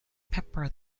pepper